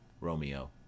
Romeo